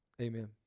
amen